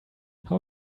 how